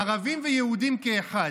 ערבים ויהודים כאחד.